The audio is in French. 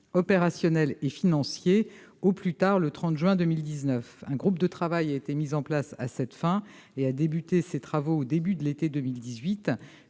opérationnels et financiers, au plus tard le 30 juin 2019. Un groupe de travail a été mis en place à cette fin. Il a débuté ses travaux au début de l'été 2018.